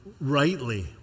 rightly